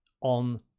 on